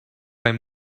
i’m